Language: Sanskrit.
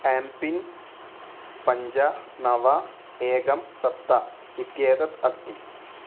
एम्पिन् पञ्च नव एकम् सप्त इत्येतत् अस्ति